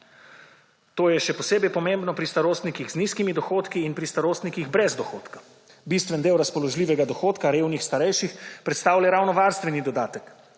To je še posebej pomembno pri starostnikih z nizkimi dohodki in pri starostnikih brez dohodkov. Bistven del razpoložljivega dohodka resnih starejših predstavlja ravno varstveni dodatek,